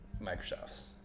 microsoft's